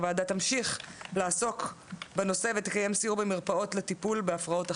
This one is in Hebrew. הוועדה תמשיך לעסוק בנושא ותקיים סיור במרפאות לטיפול בהפרעות אכילה.